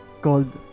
called